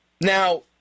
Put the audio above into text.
Now